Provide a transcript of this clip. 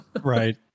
Right